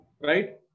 Right